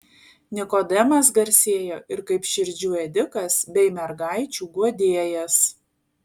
nikodemas garsėja ir kaip širdžių ėdikas bei mergaičių guodėjas